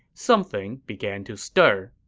something began to stir.